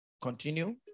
Continue